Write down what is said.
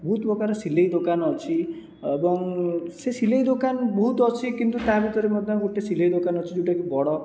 ବହୁତ ପ୍ରକାର ସିଲାଇ ଦୋକାନ ଅଛି ଏବଂ ସେ ସିଲାଇ ଦୋକାନ ବହୁତ ଅଛି କିନ୍ତୁ ତା 'ଭିତରେ ମଧ୍ୟ ଗୋଟିଏ ସିଲାଇ ଦୋକାନ ଅଛି ଯେଉଁଟାକି ବଡ଼